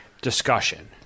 discussion